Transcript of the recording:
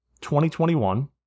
2021